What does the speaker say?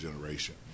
generation